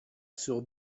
sur